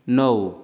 णव